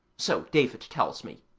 so david tells me.